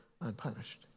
unpunished